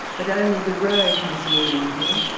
but only the road has meaning here.